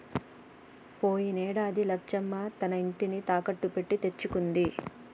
పోయినేడు లచ్చమ్మ తన ఇంటిని తాకట్టు పెట్టి తెచ్చుకుంది